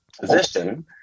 position